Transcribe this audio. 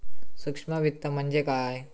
सूक्ष्म वित्त म्हणजे काय?